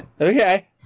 Okay